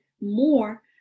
more